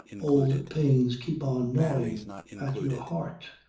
old pains keep on gnawing at your heart,